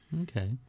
Okay